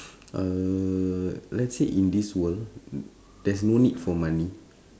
uh let's say in this world there's no need for money